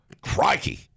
Crikey